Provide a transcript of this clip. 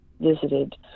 visited